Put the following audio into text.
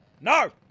No